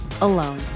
alone